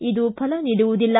ಇದು ಫಲ ನೀಡುವುದಿಲ್ಲ